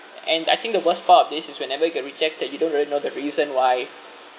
and I think the worst part of this is whenever you get rejected you don't really know the reason why